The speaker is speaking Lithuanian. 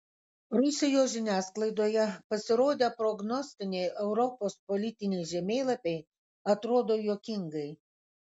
rusijos žiniasklaidoje pasirodę prognostiniai europos politiniai žemėlapiai atrodo juokingai